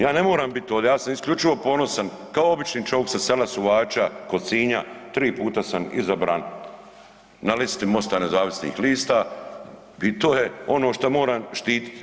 Ja ne moram biti ovdje, ja sam isključivo ponosan kao obični čovik sa sela Suhača kod Sinja tri puta sam izabran na listi Mosta nezavisnih lista i to je ono što moram štititi.